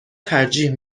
ترجیح